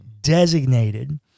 designated